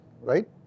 right